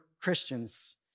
Christians